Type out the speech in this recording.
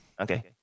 Okay